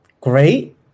great